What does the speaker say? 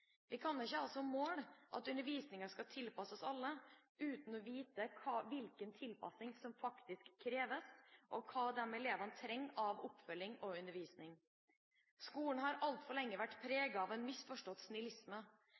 Vi kan ikke ha som mål at undervisningen skal tilpasses alle, uten å vite hvilken tilpasning som faktisk kreves, og hva elevene trenger av oppfølging og undervisning. Skolen har altfor lenge vært preget av en misforstått snillisme,